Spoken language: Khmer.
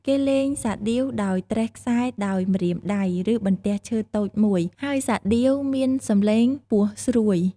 គេលេងសាដៀវដោយត្រេះខ្សែដោយម្រាមដៃ ឬបន្ទះឈើតូចមួយ ហើយសាដៀវមានសំឡេងខ្ពស់ស្រួយ។